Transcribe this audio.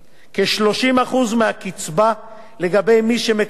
לגבי מי שמקבל משכורת מקופה ציבורית.